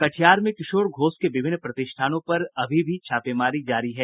कटिहार में किशोर घोष के विभिन्न प्रतिष्ठानों पर अभी भी छापेमारी जारी है